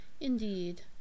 Indeed